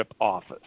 office